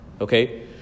Okay